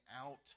out